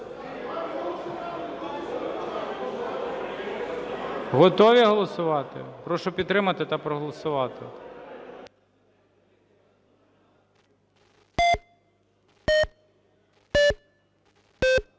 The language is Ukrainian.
Готові голосувати? Прошу підтримати та проголосувати.